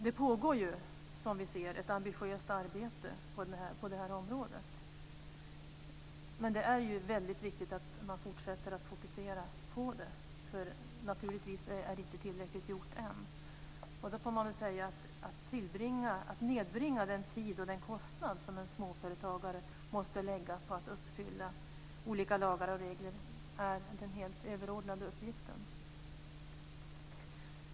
Det pågår ett ambitiöst arbete på det här området, och det är väldigt viktigt att man fortsätter att fokusera på det. Naturligtvis har man ännu inte gjort tillräckligt. Att nedbringa den tid och den kostnad som en småföretagare måste använda för att uppfylla olika lagar och regler är den helt överordnade uppgiften.